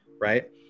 right